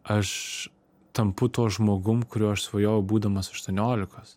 aš tampu tuo žmogum kuriuo aš svajojau būdamas aštuoniolikos